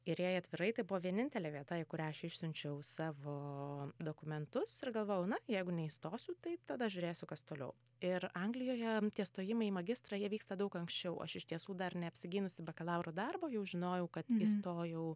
ir jei atvirai tai buvo vienintelė vieta į kurią išsiunčiau savo dokumentus ir galvojau na jeigu neįstosiu tai tada žiūrėsiu kas toliau ir anglijoje tie stojimai į magistrą jie vyksta daug anksčiau aš iš tiesų dar neapsigynusi bakalauro darbo jau žinojau kad įstojau